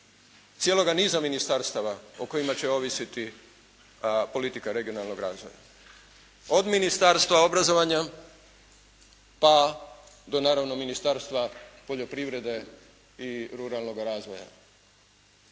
cijeloga niza ministarstava o kojima će ovisiti ta politika regionalnog razvoja. Od Ministarstva obrazovanja pa do naravno Ministarstva poljoprivrede i ruralnoga razvoja,